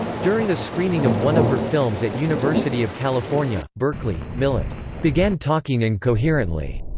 during a screening of one of her films at university of california, berkeley, millett began talking incoherently.